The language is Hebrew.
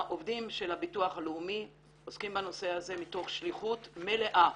העובדים של הביטוח הלאומי עוסקים בנושא הזה מתוך שליחות מלאה,